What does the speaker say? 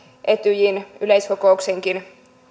etyjin yleiskokouksenkin